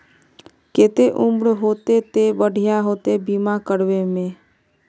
केते उम्र होते ते बढ़िया होते बीमा करबे में?